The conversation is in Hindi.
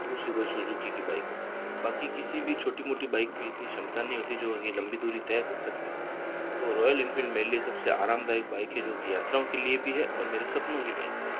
दूसरी कोई सुज़ुकी की बाइक हो बाकी किसी भी छोटी मोटी बाइक में इतनी क्षमता नहीं होती जो ये लंबी दूरी तय कर सकते हैं तो रॉयल एनफ़ील्ड मेरे लिए सबसे आरामदायक बाइक है जो की यात्राओं के लिए भी है और मेरे सपनों की बाइक भी है